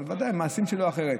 אבל ודאי שהמעשים שלו אחרים.